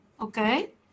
Okay